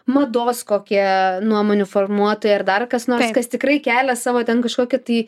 mados kokie nuomonių formuotojai ar dar kas nors kas tikrai kelia savo ten kažkokį tai